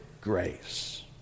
grace